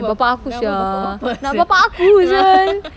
bapa aku sia nama bapa aku [sial]